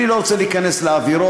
אני לא רוצה להיכנס לאווירות.